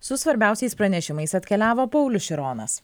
su svarbiausiais pranešimais atkeliavo paulius šironas